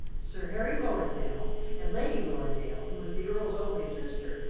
sir harry lorridaile and lady lorridaile, who was the earl's only sister,